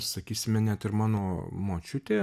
sakysime net ir mano močiutė